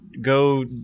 go